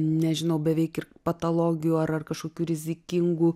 nežinau beveik ir patologijų ar ar kažkokių rizikingų